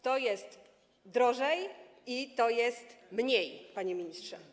To jest drożej i to jest mniej, panie ministrze.